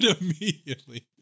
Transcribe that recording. immediately